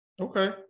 Okay